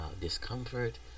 discomfort